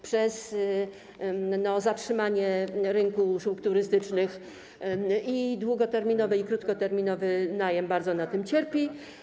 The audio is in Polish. Przez zatrzymanie rynku usług turystycznych rynek długoterminowych i krótkoterminowych najmów bardzo na tym cierpi.